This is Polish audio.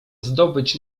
zdobyć